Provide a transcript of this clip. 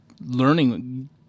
learning